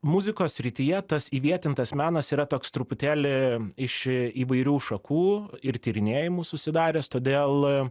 muzikos srityje tas įvietintas menas yra toks truputėlį iš įvairių šakų ir tyrinėjimų susidaręs todėl